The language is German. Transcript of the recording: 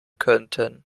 könnten